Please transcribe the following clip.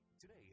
Today